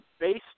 based